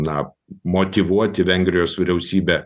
na motyvuoti vengrijos vyriausybę